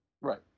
right